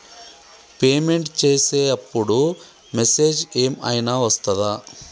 Payment చేసే అప్పుడు message ఏం ఐనా వస్తదా?